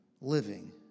living